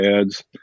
ads